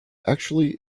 actually